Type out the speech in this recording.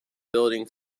building